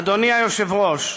אדוני היושב-ראש,